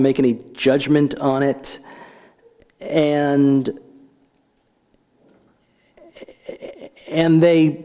to make any judgment on it and it and they